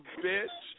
bitch